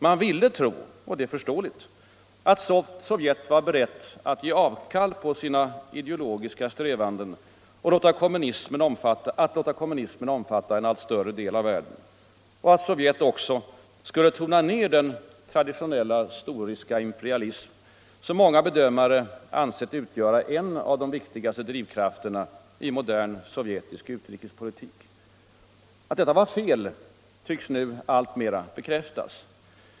Man ville tro — och det är förståeligt — att Sovjet var berett att ge avkall på sina ideologiska strävanden att låta kommunismen omfatta en allt större del av världen och att Sovjet också skulle debatt tona ner den traditionella, storryska imperialism som många bedömare ansett utgöra en av de viktigaste drivkrafterna i modern sovjetisk utrikespolitik. Att detta var fel tycks nu alltmer bekräftas.